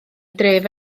dref